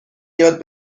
یاد